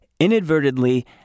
inadvertently